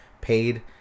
paid